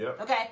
Okay